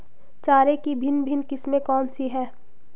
चारे की भिन्न भिन्न किस्में कौन सी हैं?